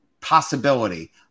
possibility